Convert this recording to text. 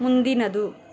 ಮುಂದಿನದು